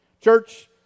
Church